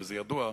וזה ידוע,